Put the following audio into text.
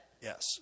Yes